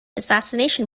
assassination